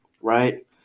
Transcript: right